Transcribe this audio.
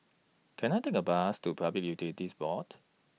Can I Take A Bus to Public Utilities Board